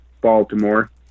Baltimore